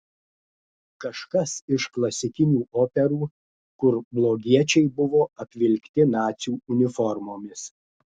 kažkas iš klasikinių operų kur blogiečiai buvo apvilkti nacių uniformomis